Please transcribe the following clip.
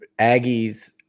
Aggies